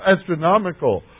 astronomical